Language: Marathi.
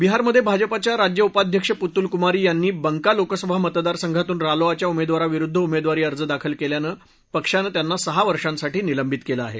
बिहारमधे भाजपाच्या राज्य उपाध्यक्ष पुतुलकुमारी यांनी बंका लोकसभा मतदारसंघातून रालोआच्या उमेदवारविरुद्ध उमेदवारी अर्ज दाखल केल्यामुळे पक्षानं त्यांना सहा वर्षांसाठी निलंबित केलं आहे